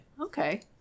Okay